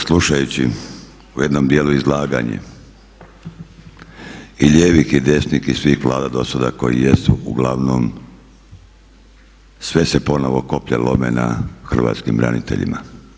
Slušajući u jednom dijelu izlaganje i lijevih i desnih i svih Vlada do sada koji jesu uglavnom sve se ponovo koplja lome na hrvatskim braniteljima.